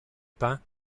pan